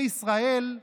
יש מה